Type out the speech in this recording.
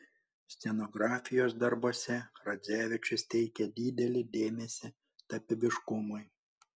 scenografijos darbuose radzevičius teikė didelį dėmesį tapybiškumui